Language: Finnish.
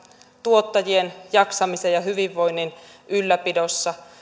tuottajien jaksamisen ja hyvinvoinnin ylläpitoon